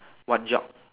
what job